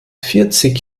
vierzig